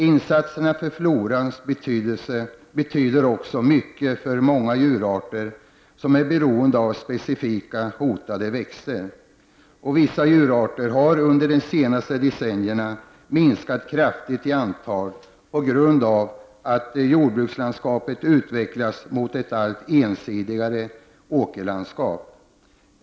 Insatser för floran betyder också mycket för många djurarter som är beroende av specifika hotade växter. Vissa djurarter har under de senaste decennierna minskat kraftigt i antal på grund av att jordbrukslandskapet utvecklats mot ett allt ensidigare åkerlandskap.